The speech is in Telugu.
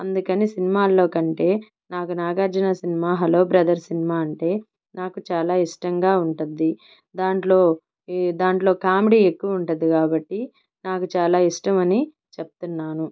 అందుకని సినిమాల్లో కంటే నాకు Nagarjuna cinema hello brother cinema అంటే నాకు చాలా ఇష్టంగా ఉంటద్ధి దాంట్లో ఈ దాంట్లో కామెడీ ఎక్కువ ఉంటద్ధి కాబట్టి నాకు చాలా ఇష్టమని చెప్తున్నాను